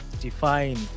define